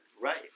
Right